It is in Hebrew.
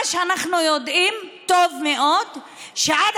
מה שאנחנו יודעים טוב מאוד הוא שעד